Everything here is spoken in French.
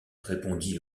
répondit